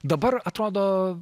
dabar atrodo